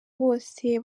bose